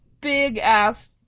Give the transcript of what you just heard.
big-ass